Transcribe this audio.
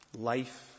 life